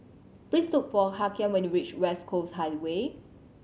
please look for Hakeem when you reach West Coast Highway